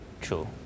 true